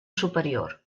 superior